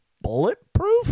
bulletproof